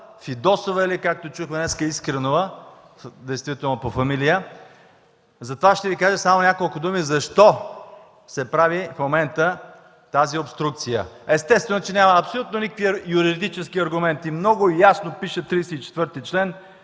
Фидосова, или, както чухме днес, Искренова действително по фамилия, затова ще Ви кажа само няколко думи защо се прави в момента тази обструкция. Естествено че няма абсолютно никакви юридически аргументи. Много ясно пише в чл.